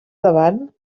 davant